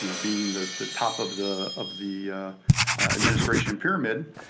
you know being the the top of the of the administration pyramid,